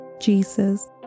Jesus